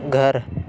گھر